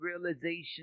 realization